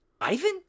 Ivan